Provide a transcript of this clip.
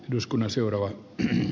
eduskunnan seuraava een